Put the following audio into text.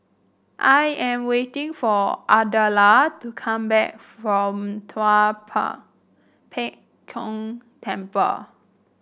I am waiting for Ardella to come back from Tua Pek Kong Temple